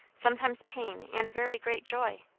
sometimes pain and very great joy.